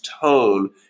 tone